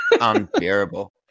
unbearable